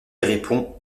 répond